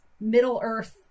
Middle-earth